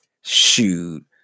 Shoot